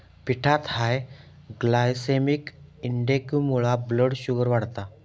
पिठात high glycaemic इंडेक्समुळा blood sugar वाढता